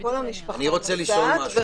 כל המשפחה חוזרת,